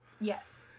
Yes